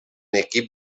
equip